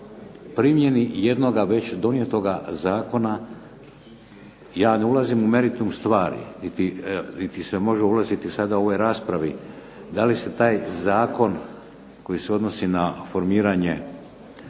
primjeni jednoga već donijetoga zakona. Ja ne ulazim u meritum stvari niti se može ulaziti sada u ovoj raspravi da li se taj zakon, koji se odnosi na formiranje